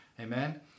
Amen